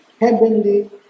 heavenly